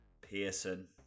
Pearson